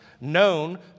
known